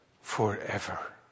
Forever